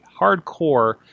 hardcore